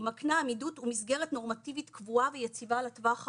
ומקנה עמידות ומסגרת נורמטיבית קבועה ויציבה לטווח הארוך.